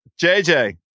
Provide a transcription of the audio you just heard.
JJ